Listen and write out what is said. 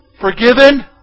Forgiven